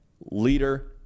leader